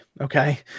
Okay